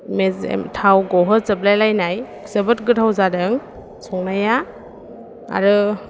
मेजेम थाव गहो जोबलाय लायनाय जोबोद गोथाव जादों संनाया आरो